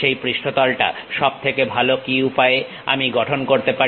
সেই পৃষ্ঠতলটা সব থেকে ভালো কি উপায়ে আমি গঠন করতে পারি